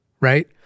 right